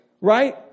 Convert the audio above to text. right